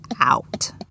out